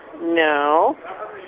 no